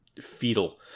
fetal